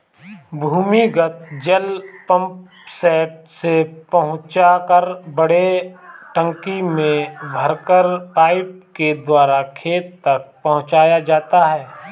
भूमिगत जल पम्पसेट से पहुँचाकर बड़े टंकी में भरकर पाइप के द्वारा खेत तक पहुँचाया जाता है